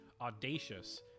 audacious